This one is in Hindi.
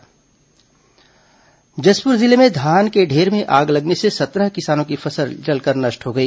धान आग जशपुर जिले में धान के ढेर में आग लगने से सत्रह किसानों की फसल जलकर नष्ट हो गई